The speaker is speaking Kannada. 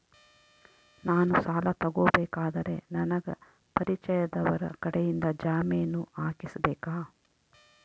ನಾನು ಸಾಲ ತಗೋಬೇಕಾದರೆ ನನಗ ಪರಿಚಯದವರ ಕಡೆಯಿಂದ ಜಾಮೇನು ಹಾಕಿಸಬೇಕಾ?